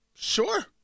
Sure